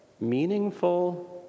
meaningful